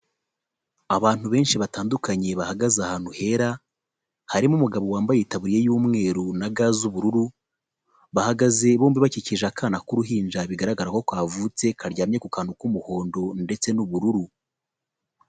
Abantu benshi batandukanye bahagaze ahantu hera harimo umugabo wambaye itabuye y'umweru na ga z'ubururu bahagaze bombi bakikije akana k'uruhinja bigaragara ko kavutse karyamye ku kantu k'umuhondo ndetse n'ubururu.